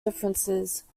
differences